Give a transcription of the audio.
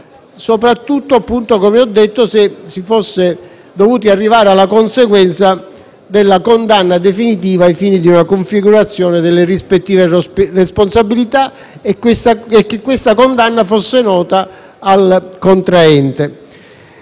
ho detto, se si fosse dovuti arrivare alla conseguenza della condanna definitiva ai fini di una configurazione delle rispettive responsabilità e che questa condanna fosse nota al contraente.